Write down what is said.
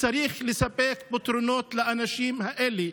צריך לספק פתרונות לאנשים האלה.